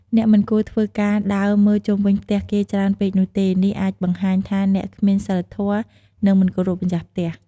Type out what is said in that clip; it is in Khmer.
អ្នកមិនគួរធ្វើការដើរមើលជុំវិញផ្ទះគេច្រើនពេកនោះទេ នេះអាចបង្ហាញថាអ្នកគ្មានសីលធម៌ និង មិនគោរពម្ចាស់ផ្ទះ។